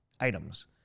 items